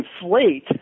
inflate